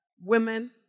women